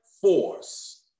force